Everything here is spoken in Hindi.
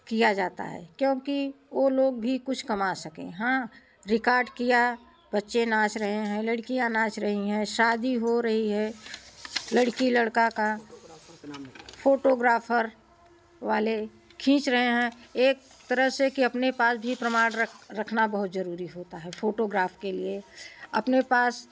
किया जाता है क्योंकि वो लोग भी कुछ कमा सकें हाँ रिकॉर्ड किया बच्चे नाच रहे हैं लड़कियाँ नाच रही हैं शादी हो रही है लड़की लड़का का फोटोग्राफर वाले खींच रहे हैं एक तरह से कि अपने पास भी प्रमाण रख रखना बहुत जरूरी होता है फोटोग्राफ के लिए अपने पास